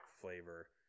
flavor